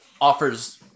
offers